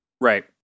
Right